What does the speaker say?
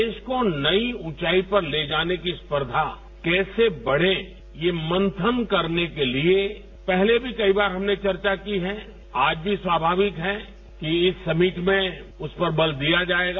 देश को नई ऊंचाई पर ले जाने की स्पऔर्धा कैसे बढ़े यह मंथन करने के लिए पहले भी कई बार हमने चर्चा की है आज भी स्वाभाविक है कि इस समिट में इस पर बल दिया जाएगा